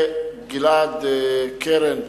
ואת גלעד קרן,